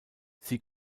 sie